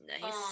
nice